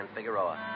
Figueroa